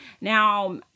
Now